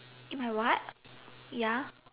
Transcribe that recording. in my what ya